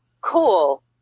cool